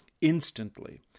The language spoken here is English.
Instantly